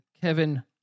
Kevin